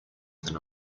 than